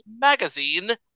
magazine